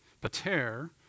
Pater